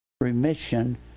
remission